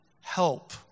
help